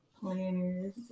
Planners